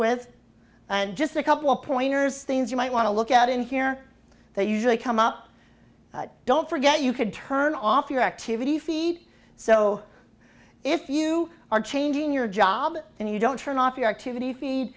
with and just a couple pointers things you might want to look at in here they usually come up don't forget you could turn off your activity feed so if you are changing your job and you don't turn off your activity feed